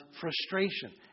frustration